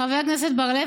חבר הכנסת בר-לב,